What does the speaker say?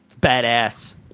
Badass